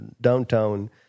downtown